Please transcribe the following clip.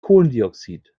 kohlendioxid